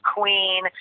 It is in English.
Queen